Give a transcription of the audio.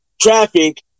traffic